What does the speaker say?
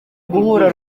guhura